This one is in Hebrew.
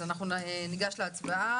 הצבעה